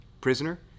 prisoner